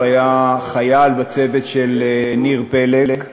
הוא היה חייל בצוות של ניר פלג.